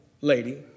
lady